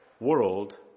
world